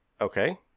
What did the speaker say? Okay